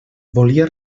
volia